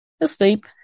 asleep